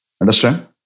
Understand